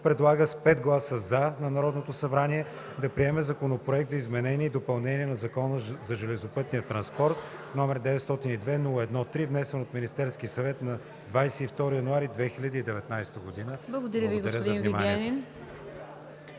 предлага с 5 гласа „за“ на Народното събрание да приеме Законопроект за изменение и допълнение на Закона за железопътния транспорт, № 902-01-3, внесен от Министерския съвет на 22 януари 2019 г.“ Благодаря за вниманието.